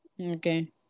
okay